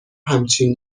همچین